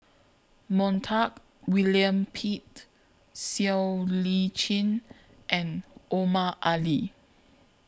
Montague William Pett Siow Lee Chin and Omar Ali